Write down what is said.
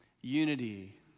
unity